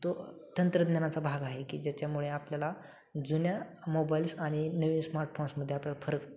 तो तंत्रज्ञानाचा भाग आहे की ज्याच्यामुळे आपल्याला जुन्या मोबाईल्स आणि नवीन स्मार्टफोन्समध्ये आपल्याला फरक